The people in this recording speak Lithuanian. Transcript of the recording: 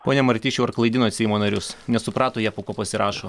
pone martišiau ar klaidinot seimo narius nesuprato jie po kuo pasirašo